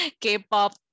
K-pop